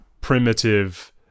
primitive